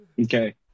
Okay